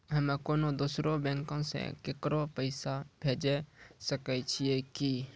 हम्मे कोनो दोसरो बैंको से केकरो पैसा भेजै सकै छियै कि?